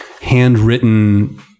handwritten